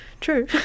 true